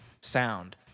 sound